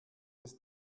des